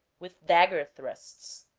with dagger thrusts